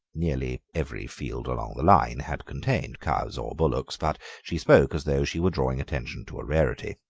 nearly every field along the line had contained cows or bullocks, but she spoke as though she were drawing attention to a rarity.